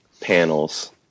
panels